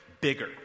bigger